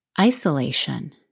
isolation